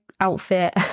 outfit